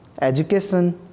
education